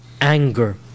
anger